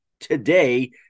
today